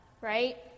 right